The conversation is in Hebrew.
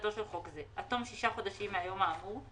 תחילתו של חוק זה עד תום שישה חודשים מהיום האמור,